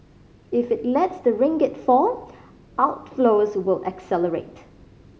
if it lets the ringgit fall outflows will accelerate